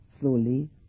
Slowly